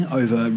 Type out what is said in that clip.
over